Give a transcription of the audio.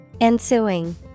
Ensuing